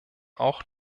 auch